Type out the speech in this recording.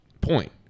point